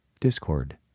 discord